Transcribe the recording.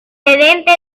precedente